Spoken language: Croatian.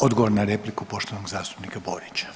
Odgovor na repliku poštovanog zastupnika Borića.